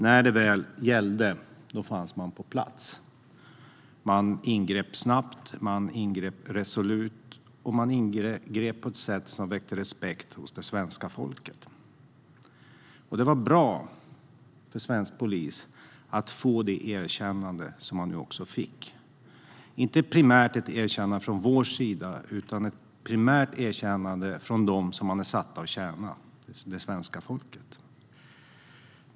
När det väl gällde fanns man på plats. Man ingrep snabbt, man ingrep resolut och man ingrep på ett sätt som väckte respekt hos det svenska folket. Det var bra för svensk polis att få det erkännande som man nu fick, ett erkännande inte primärt från vår sida utan från dem man är satt att tjäna: det svenska folket.